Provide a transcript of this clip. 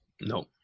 No